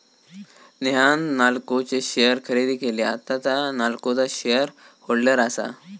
नेहान नाल्को चे शेअर खरेदी केले, आता तां नाल्कोचा शेअर होल्डर आसा